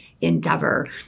endeavor